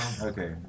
Okay